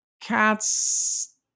Cats